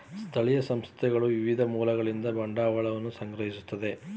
ಸ್ಥಳೀಯ ಸಂಸ್ಥೆಗಳು ವಿವಿಧ ಮೂಲಗಳಿಂದ ಬಂಡವಾಳವನ್ನು ಸಂಗ್ರಹಿಸುತ್ತದೆ